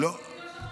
מה זה שכחתי?